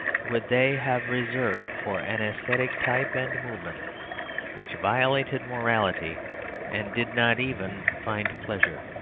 would they have reserved for an aesthetic type and movement which violated morality and did not even find pleasure,